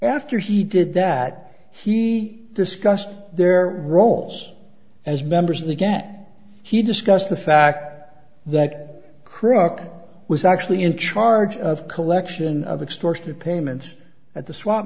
after he did that he discussed their roles as members of the get he discussed the fact that crook was actually in charge of collection of extortion payments at the swa